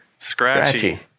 scratchy